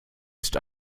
ist